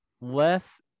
less